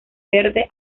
verde